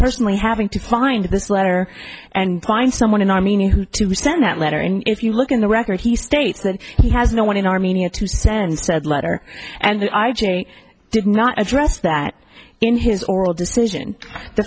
personally having to find this letter and find someone and i mean who to send that letter and if you look at the record he states that he has no one in armenia to send said letter and the i j a did not address that in his oral decision the